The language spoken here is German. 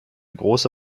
große